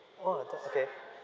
oh I thought okay